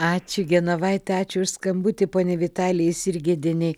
ačiū genovaite ačiū už skambutį poniai vitalija sirgėdienei